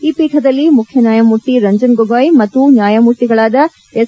ಈ ಪೀಠದಲ್ಲಿ ಮುಖ್ಯ ನ್ಯಾಯಮೂರ್ತಿ ರಂಜನ್ ಗೊಗಾಯ್ ಮತ್ತು ನ್ಯಾಯಮೂರ್ತಿಗಳಾದ ಎಸ್